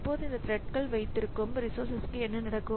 இப்போது இந்த த்ரெட்கள் வைத்திருக்கும் ரிசோர்சஸ்க்கு என்ன நடக்கும்